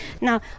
Now